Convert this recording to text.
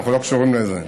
אנחנו לא קשורים לזה.